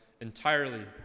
entirely